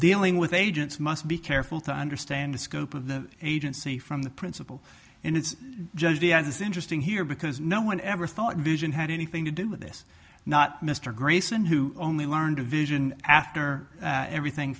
dealing with agents must be careful to understand the scope of the agency from the principal and it's just the end is interesting here because no one ever thought vision had anything to do with this not mr grayson who only learned a vision after everything